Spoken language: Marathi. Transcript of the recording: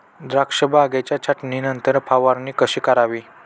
द्राक्ष बागेच्या छाटणीनंतर फवारणी कशी करावी?